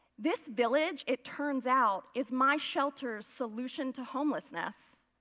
this village, it turns out, is my shelter's solution to homelessness.